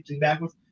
backwards